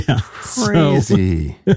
Crazy